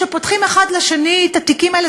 שפותחים אחד לשני את התיקים האלה,